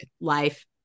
life